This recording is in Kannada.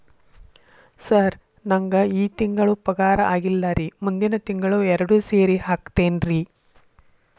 ಸರ್ ನಂಗ ಈ ತಿಂಗಳು ಪಗಾರ ಆಗಿಲ್ಲಾರಿ ಮುಂದಿನ ತಿಂಗಳು ಎರಡು ಸೇರಿ ಹಾಕತೇನ್ರಿ